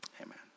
Amen